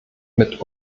mit